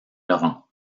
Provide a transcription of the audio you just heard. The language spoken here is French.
laurent